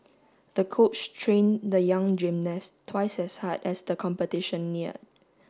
the coach trained the young gymnast twice as hard as the competition neared